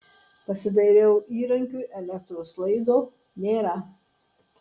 pasidairiau įrankiui elektros laido nėra